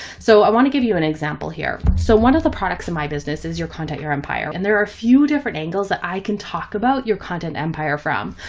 so i want to give you an example here. so one of the products in my business is your content, your empire and there are a few different angles that i can talk about your content empire from.